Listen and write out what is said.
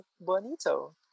Bonito